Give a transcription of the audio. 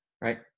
right